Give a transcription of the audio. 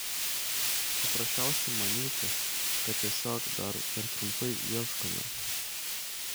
paprasčiausia manyti kad tiesiog dar per trumpai ieškome